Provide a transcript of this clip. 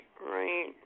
right